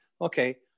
okay